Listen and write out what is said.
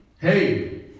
Hey